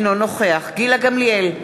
אינו נוכח גילה גמליאל,